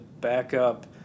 backup